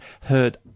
heard